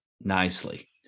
nicely